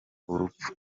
urupfu